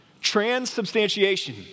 Transubstantiation